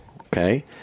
okay